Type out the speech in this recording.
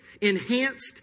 enhanced